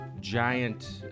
Giant